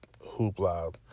hoopla